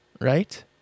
right